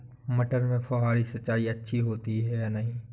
मटर में फुहरी सिंचाई अच्छी होती है या नहीं?